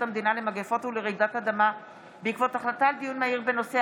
המדינה למגפות ולרעידות אדמה בעקבות דיון מהיר בהצעתו של חבר הכנסת